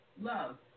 Love